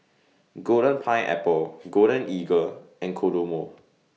Golden Pineapple Golden Eagle and Kodomo